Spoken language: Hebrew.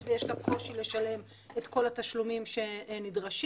ויש לה קושי לשלם את כל התשלומים שנדרשים.